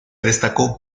destacó